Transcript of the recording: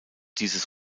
dieses